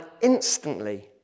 instantly